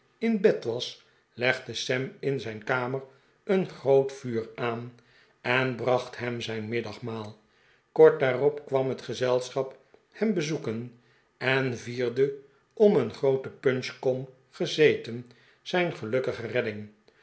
in bed was legde sam in zijn kamer een groot vuur aan en bracht hem zijn middagmaal kort daarop kwam het gezelschap hem bezoeken en vierde om een groote punchkom gezeten zijn gelukkige redding